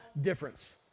difference